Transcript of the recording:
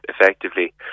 effectively